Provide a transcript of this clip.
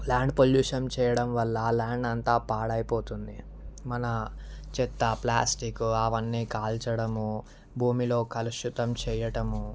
land pollution చేయడం వల్ల ఆ ల్యాండ్ అంతా పాడైపోతుంది మన చెత్త ప్లాస్టికు అవన్నీ కాల్చడము భూమిలో కలుషితం చేయడము